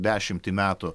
dešimtį metų